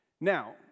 Now